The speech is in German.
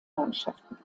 mannschaften